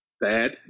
bad